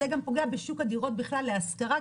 זה גם פוגע בשוק הדירות להשכרה בכלל